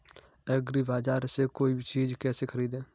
एग्रीबाजार से कोई चीज केसे खरीदें?